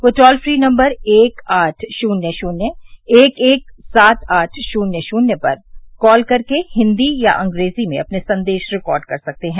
वे toll free number एक आठ शून्य शून्य एक एक सात आठ शून्य शून्य पर कॉल करके हिन्दी या अंग्रेजी में अपने संदेश रिकॉर्ड कर सकते हैं